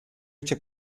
hecha